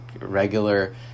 regular